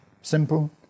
Simple